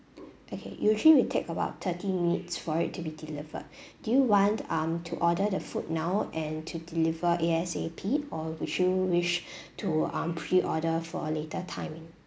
okay usually we take about thirty minutes for it to be delivered do you want um to order the food now and to deliver A_S_A_P or would you wish to um preorder for a later timing